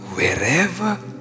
Wherever